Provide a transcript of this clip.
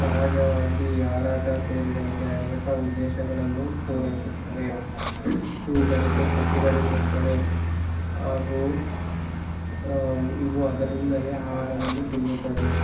ಸಹಜವಾಗಿ ಹಾರಾಟ ಸೇರಿದಂತೆ ಅನೇಕ ಉದ್ದೇಶಗಳನ್ನು ಪೂರೈಸುತ್ತವೆ ಇವುಗಳಿಗೆ ಕೊಕ್ಕುಗಳು ಇರುತ್ತದೆ ಹಾಗೂ ಇವು ಅದರಿಂದಲೇ ಆಹಾರವನ್ನು ತಿನ್ನುತ್ತದೆ